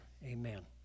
Amen